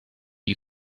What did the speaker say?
you